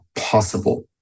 possible